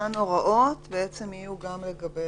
אותן הוראות יהיו בעצם גם לגבי